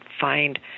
find